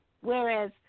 whereas